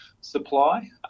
supply